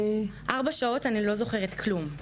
ארבע שעות אני לא זוכרת כלום.